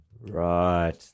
Right